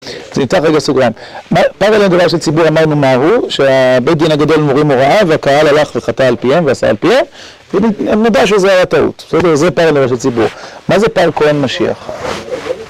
זה ניתח רגע סוגרן. פר אלה דבר של ציבור, אמרנו מה הוא? שהבית דין הגדול מורים הוראה והקהל הלך וחטא אל פייהם ועשה אל פייהם? הם יודעים שזה היה טעות. זה פר אלה דבר של ציבור. מה זה פר כהן משיח?